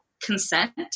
consent